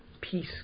peace